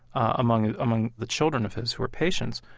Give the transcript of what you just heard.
among ah among the children of his, who were patients.